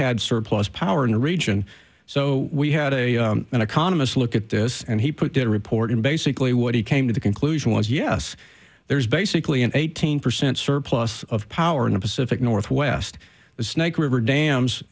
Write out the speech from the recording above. had surplus power in the region so we had a an economist look at this and he put that report and basically what he came to the conclusion was yes there's basically an eighteen percent surplus of power in the pacific northwest the snake river dams